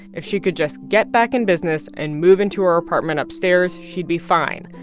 if she could just get back in business and move into her apartment upstairs, she'd be fine.